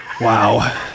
wow